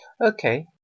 Okay